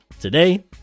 today